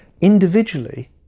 individually